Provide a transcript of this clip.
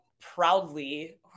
proudly